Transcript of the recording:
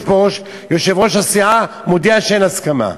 יש פה את יושב-ראש הסיעה שמודיע שאין הסכמה.